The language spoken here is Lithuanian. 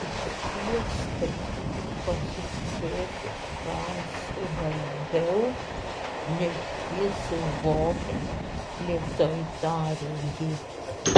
išties ketinu pasitikėti franciu labiau nei jis suvokia lėtai tarė ji